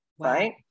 right